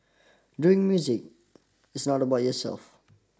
doing music is not about yourself